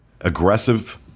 Aggressive